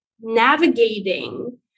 navigating